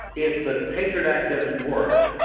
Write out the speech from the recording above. if the patriot act doesn't work,